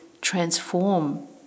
transform